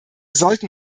sollten